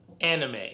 anime